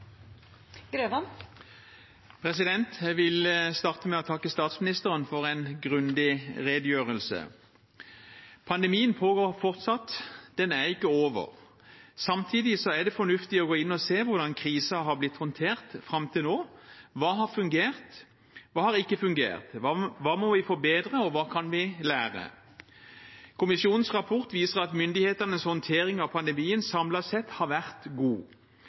ikke over. Samtidig er det fornuftig å gå inn og se hvordan krisen har blitt håndtert fram til nå. Hva har fungert – hva har ikke fungert? Hva må vi forbedre, og hva kan vi lære? Kommisjonens rapport viser at myndighetenes håndtering av pandemien samlet sett har vært god.